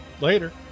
Later